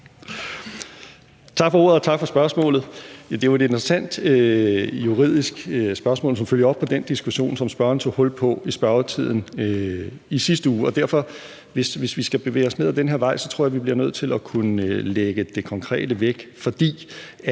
Tak for ordet, og tak for spørgsmålet. Det er jo et interessant juridisk spørgsmål, som følger op på den diskussion, som spørgeren tog hul på i spørgetiden i sidste uge. Derfor tror jeg, at hvis vi skal bevæge os ned ad den her vej, bliver vi nødt til at kunne lægge det konkrete væk.